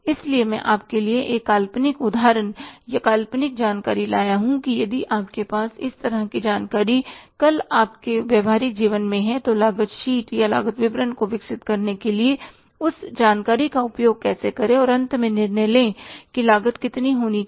इसलिए मैं आपके लिए एक काल्पनिक उदाहरण या काल्पनिक जानकारी लाया हूं कि यदि आपके पास इस तरह की जानकारी कल आपके व्यावहारिक जीवन में है तो लागत शीट या लागत वितरण को विकसित करने के लिए इस जानकारी का उपयोग कैसे करें और अंत में निर्णय लें कि लागत कितनी होनी चाहिए